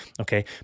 Okay